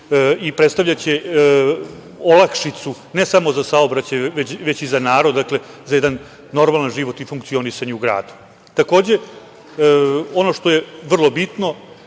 predstavljati olakšicu, ne samo za saobraćaj, već i za narod, za jedan normalan život i funkcionisanje u gradu. Takođe, ono što je vrlo bitno